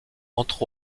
entre